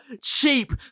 cheap